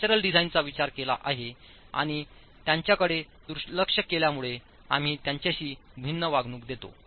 structural डिझाइनचा विचार केला आहे आणि त्यांच्याकडे दुर्लक्ष केल्यामुळे आम्ही त्यांच्याशी भिन्न वागणूक देतो